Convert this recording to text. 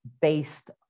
based